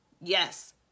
Yes